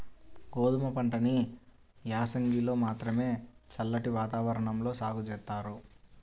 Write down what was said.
గోధుమ పంటని యాసంగిలో మాత్రమే చల్లటి వాతావరణంలో సాగు జేత్తారు